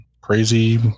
crazy